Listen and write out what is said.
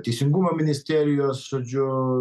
teisingumo ministerijos žodžiu